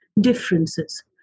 differences